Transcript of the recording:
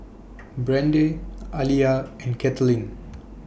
Brande Aliyah and Katelin